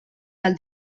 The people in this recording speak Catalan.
del